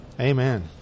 Amen